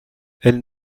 elles